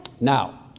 now